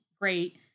great